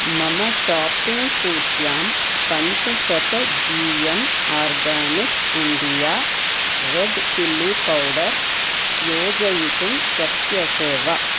मम शाप्पिङ्ग् सूच्यां पञ्चशत G M organic India red chilli powder योजयितुं शक्यसे वा